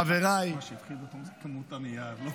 חבריי --- מה שהפחיד אותי זאת כמות הנייר.